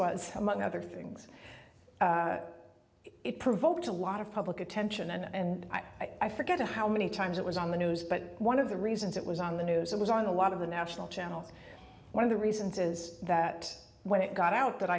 was among other things it provoked a lot of public attention and i forget how many times it was on the news but one of the reasons it was on the news it was on a lot of the national channels one of the reasons is that when it got out that